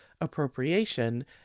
appropriation